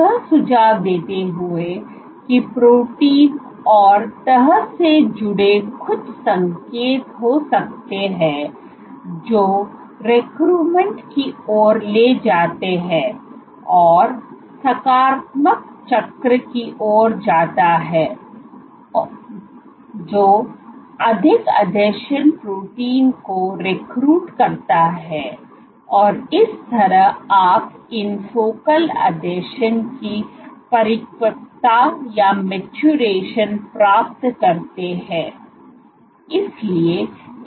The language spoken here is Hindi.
यह सुझाव देते हुए कि प्रोटीन और तह से जुड़े कुछ संकेत हो सकते हैं जो रिक्रूटमेंट की ओर ले जाते हैं और सकारात्मक चक्र की ओर जाता है जो अधिक आसंजन प्रोटीन को रिक्रूट करता है और इस तरह आप इन फोकल आसंजन की परिपक्वता प्राप्त करते हैं